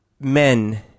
men